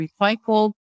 recycled